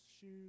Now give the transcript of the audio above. shoes